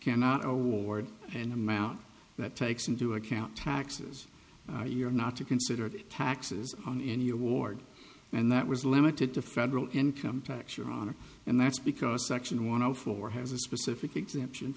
cannot award and amount that takes into account taxes you're not to consider the taxes on any award and that was limited to federal income tax your honor and that's because section one zero four has a specific exemption